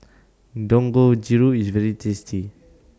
Dangojiru IS very tasty